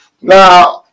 Now